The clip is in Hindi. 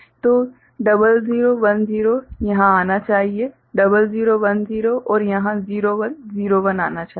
तो 0010 यहाँ आना चाहिए 0010 और यहाँ 0101 आना चाहिए